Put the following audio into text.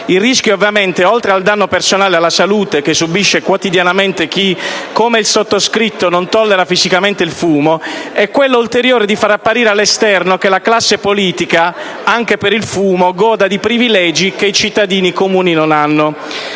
Il rischio ovviamente, oltre al danno personale alla salute che subisce quotidianamente chi – come il sottoscritto – non tollera fisicamente il fumo, equello ulteriore di far apparire all’esterno che la classe politica anche per il fumo goda di privilegi che i cittadini comuni non hanno,